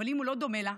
אבל אם הוא לא דומה לה,